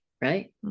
right